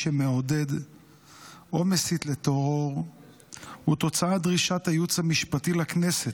שמעודד או מסית לטרור הוא תוצאת דרישת הייעוץ המשפטי לכנסת.